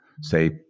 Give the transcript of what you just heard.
say